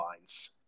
lines